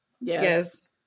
Yes